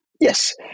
Yes